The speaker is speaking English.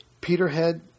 Peterhead